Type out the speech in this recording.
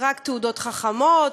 רק תעודות חכמות?